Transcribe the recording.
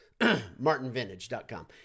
MartinVintage.com